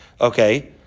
Okay